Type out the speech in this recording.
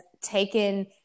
taken